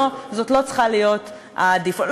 וזאת לא צריכה להיות ה-default.